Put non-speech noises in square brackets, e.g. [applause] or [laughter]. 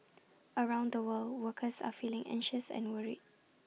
around the world workers are feeling anxious and worried [noise]